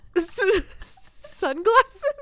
sunglasses